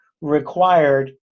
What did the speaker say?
required